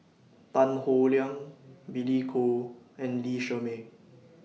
Tan Howe Liang Billy Koh and Lee Shermay